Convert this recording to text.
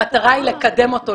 המטרה היא לקדם אותו,